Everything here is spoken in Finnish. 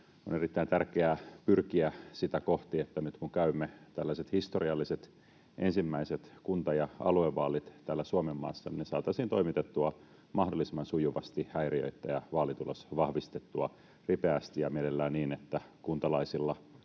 On erittäin tärkeää pyrkiä sitä kohti, että nyt kun käymme tällaiset historialliset ensimmäiset kunta- ja aluevaalit täällä Suomenmaassa, ne saataisiin toimitettua mahdollisimman sujuvasti häiriöittä ja vaalitulos vahvistettua ripeästi ja mielellään niin, että kuntalaisilla,